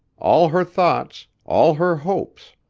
all her thoughts, all her hopes,